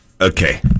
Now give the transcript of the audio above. Okay